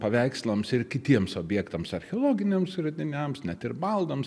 paveikslams ir kitiems objektams archeologiniams radiniams ne tik baldams